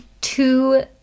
two